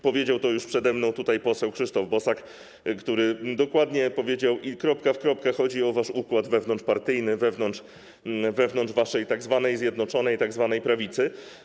Powiedział to już przede mną poseł Krzysztof Bosak, który dokładnie powiedział, kropka w kropkę chodzi o wasz układ wewnątrzpartyjny, wewnątrz waszej tzw. Zjednoczonej tzw. Prawicy.